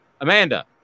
Amanda